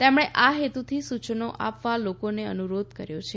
તેમણે આ હેતુથી સૂચનો આપવા લોકોને અનુરોધ કર્યો છે